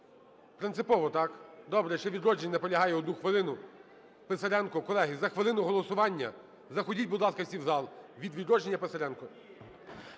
Принципово, так? Добре. Ще "Відродження" наполягає одну хвилину. Писаренко. Колеги, за хвилину голосування, заходіть, будь ласка, всі в зал. Від "Відродження" – Писаренко.